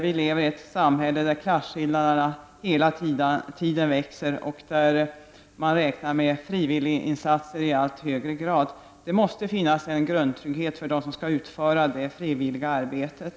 Vi lever ju i ett samhälle där klassskillnaderna hela tiden växer och där man räknar med frivilliginsatser i allt högre grad. Det måste finnas en grundtrygghet för dem som skall utföra det frivilliga arbetet.